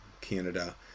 Canada